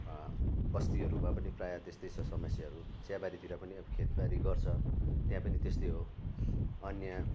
बस्तीहरूमा पनि प्राय त्यस्तै छ समस्याहरू चियाबारीतिर पनि अब खेतीबारी गर्छ त्यहाँ पनि त्यस्तै हो अन्य